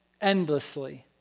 Endlessly